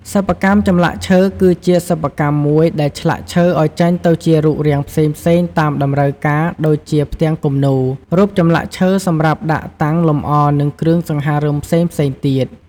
សិប្បកម្មចម្លាក់ឈើគឺជាសិប្បកម្មមួយដែលឆ្លាក់ឈើឲ្យចេញទៅជារូបរាងផ្សេងៗតាមតម្រូវការដូចជាផ្ទាំងគំនូរ រូបចម្លាក់ឈើសម្រាប់ដាក់តាំងលម្អនិងគ្រឿងសង្ហារឹមផ្សេងៗទៀត។